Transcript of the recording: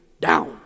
down